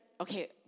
okay